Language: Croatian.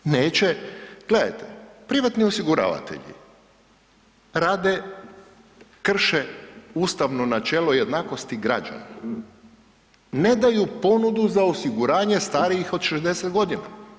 Neće, gledajte, privatni osiguravatelji rade, krše ustavno načelo jednakosti građana, ne daju ponudu za osiguranje starijih od 60 godina.